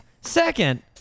Second